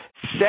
Set